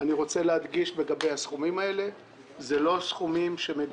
אני רוצה להדגיש שהסכומים האלה לא מגובים